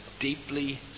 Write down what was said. deeply